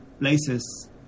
places